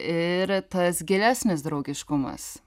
ir tas gilesnis draugiškumas